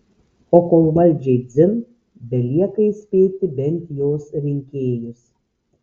o kol valdžiai dzin belieka įspėti bent jos rinkėjus